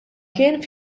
kien